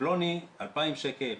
פלוני 2,000 שקל,